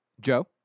Joe